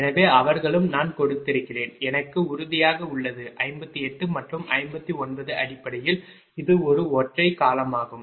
எனவே அவர்களும் நான் கொடுத்திருக்கிறேன் எனக்கு உறுதியாக உள்ளது 58 மற்றும் 59 அடிப்படையில் இது ஒரு ஒற்றை காலமாகும்